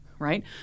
Right